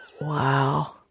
Wow